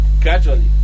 gradually